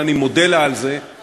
ואני מודה לה על זה,